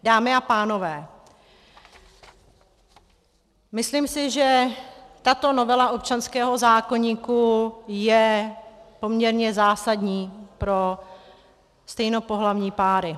Dámy a pánové, myslím si, že tato novela občanského zákoníku je poměrně zásadní pro stejnopohlavní páry.